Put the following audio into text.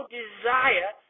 desire